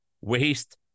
waste